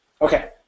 Okay